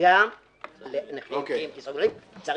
שיחליט גם לנכים בלי כיסאות גלגלים.